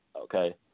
okay